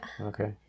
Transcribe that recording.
Okay